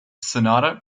sonata